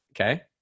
Okay